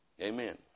Amen